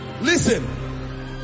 Listen